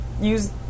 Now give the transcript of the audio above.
use